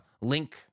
Link